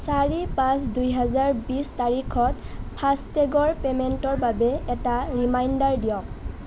চাৰি পাঁচ দুহেজাৰ বিশ তাৰিখত ফাষ্টেগৰ পে'মেণ্টৰ বাবে এটা ৰিমাইণ্ডাৰ দিয়ক